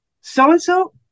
so-and-so